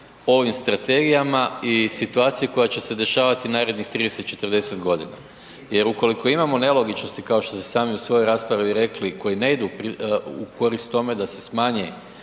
ovim strategijama i situaciji koja će se dešavati narednih 30, 40 godina. Jer ukoliko imamo nelogičnosti kao što ste sami u svoj raspravi rekli koji ne idu u korist tome da se smanji